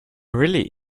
really